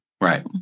right